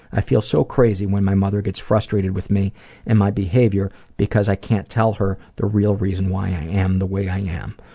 i feel so crazy when my mother gets frustrated with me and my behavior because i can't tell her the real reason why i am the way i am.